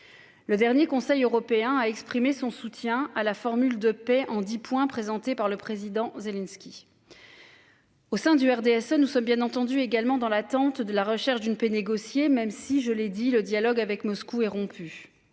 Le dernier Conseil européen a exprimé son soutien à la formule de paix en 10 points présenté par le président Zelensky. Au sein du RDSE, nous sommes bien entendu également dans l'attente de la recherche d'une paix négociée, même si je l'ai dit le dialogue avec Moscou est rompu.